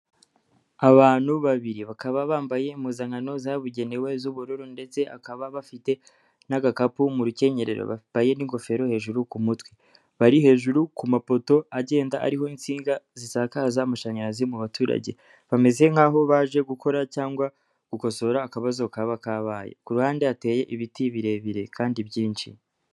Abantu babiri, bakaba bambaye impuzankano zabugenewe z'ubururu ndetse akaba bafite n'agakapu mu rukenyerero, bambaye n'ingofero hejuru ku mutwe. Bari hejuru ku mapoto agenda ariho insinga zisakaza amashanyarazi mu baturage, bameze nk'aho baje gukora cyangwa gukosora akabazo kaba kabaye. Ku ruhande hateye ibiti birebire kandi byinshi.